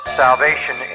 salvation